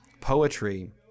poetry